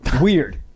Weird